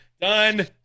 done